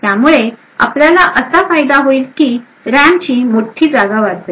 त्यामुळे आपल्याला असा फायदा होईल की रॅम ची मोठी जागा वाचेल